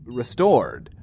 restored